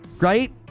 right